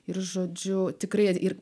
ir žodžiu tikrai ir